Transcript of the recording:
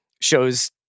shows